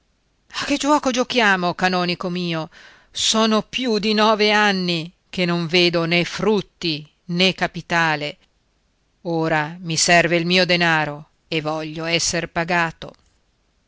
che giuoco giochiamo canonico mio sono più di nove anni che non vedo né frutti né capitale ora mi serve il mio denaro e voglio esser pagato